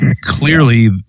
clearly